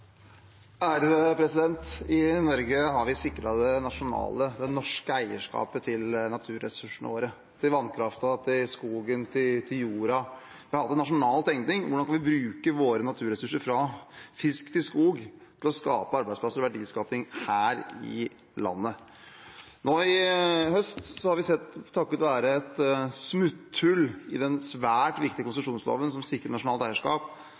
I Norge har vi sikret det nasjonale, det norske, eierskapet til naturressursene våre – til vannkraften, til skogen, til jorda. Vi har hatt en nasjonal tenkning: Hvordan kan vi bruke våre naturressurser, fra fisk til skog, til å skape arbeidsplasser og verdier i her i landet? Nå i høst har vi sett at takket være et smutthull i den svært viktige konsesjonsloven, som sikrer nasjonalt eierskap,